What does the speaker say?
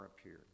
appeared